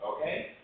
Okay